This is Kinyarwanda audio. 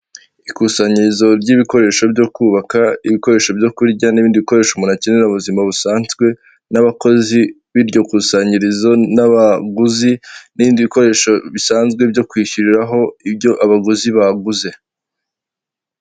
Ikusanyirizo ry'ibikoresho byo kubaka, ibikoresho byo kurya n'ibindi bikoresho mu akenera ubuzima busanzwe, n'abakozi b'iryo kusanyirizo, n'abaguzi n'ibindi bikoresho bisanzwe byo kwishyuriraho ibyo abaguzi baguze.